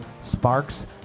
Sparks